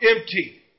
empty